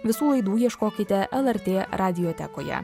visų laidų ieškokite lrt radiotekoje